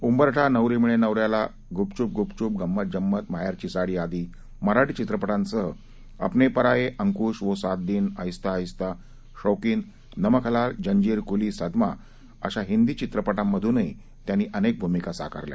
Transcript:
उंबरठा नवरी मिळे नवऱ्याला गुपचुप गुपचुप गंमत जंमत माहेरची साडी आदी मराठी चित्रपटांसह अपने पराये अंकुश वो सात दिन आहिस्ता आहिस्ता शौकीन नमक हलाल जंजीर कुली सदमा आदी हिंदी चित्रपटांमधूनही अनेक भूमिका साकारल्या